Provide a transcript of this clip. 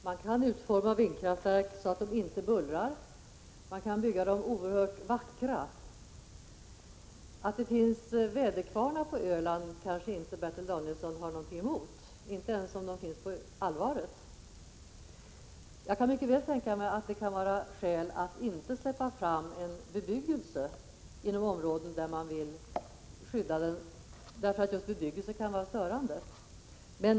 Herr talman! Man kan utforma vindkraftverken så att de inte bullrar. Man kan bygga dem oerhört vackra. Att det finns väderkvarnar på Öland kanske Bertil Danielsson inte har någonting emot, inte ens om sådana finns på Alvaret. Jag kan mycket väl tänka mig att det kan finnas skäl att inte tillåta bebyggelse på områden som man vill skydda, därför att bebyggelse kan vara störande.